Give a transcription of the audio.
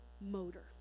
motor